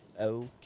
Okay